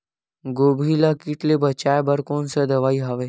गोभी ल कीट ले बचाय बर कोन सा दवाई हवे?